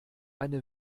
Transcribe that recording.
eine